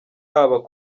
haba